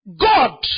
God